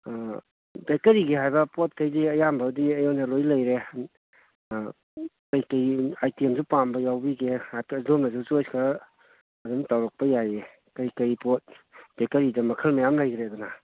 ꯕꯦꯛꯀꯔꯤꯒꯤ ꯍꯥꯏꯕ ꯄꯣꯠꯈꯩꯗꯤ ꯑꯌꯥꯝꯕꯗꯤ ꯑꯩꯉꯣꯟꯗ ꯂꯣꯏ ꯂꯩꯔꯦ ꯀꯔꯤ ꯀꯔꯤ ꯑꯥꯏꯇꯦꯝꯗ ꯄꯥꯝꯕ ꯌꯥꯎꯕꯤꯒꯦ ꯑꯗꯣꯝꯅꯁꯨ ꯆꯣꯏꯁ ꯈꯔ ꯑꯗꯨꯝ ꯇꯧꯔꯛꯄ ꯌꯥꯏꯌꯦ ꯀꯔꯤ ꯀꯔꯤ ꯄꯣꯠ ꯕꯦꯛꯀꯔꯤꯗ ꯃꯈꯜ ꯃꯌꯥꯝ ꯂꯩꯈ꯭ꯔꯦꯗꯅ